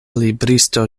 libristo